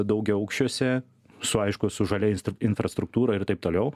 daugiaaukščiuose su aišku su žalia ins infrastruktūra ir taip toliau